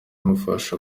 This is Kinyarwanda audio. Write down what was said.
imufasha